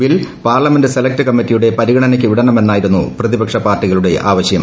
bill parliamentary select കമ്മിറ്റിയുടെ പരിഗണനയ്ക്ക് വിടണമെന്നായിരുന്നു് പ്രതിപക്ഷ പാർട്ടികളുടെ ആവശ്യം